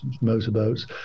motorboats